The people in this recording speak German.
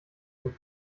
sind